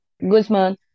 Guzman